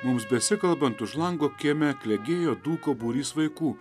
mums besikalbant už lango kieme klegėjo dūko būrys vaikų